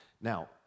Now